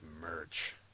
merch